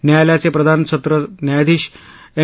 न्यायालयाचे प्रधान सत्र न्यायाधिश एम